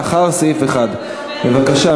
לאחר סעיף 1. בבקשה,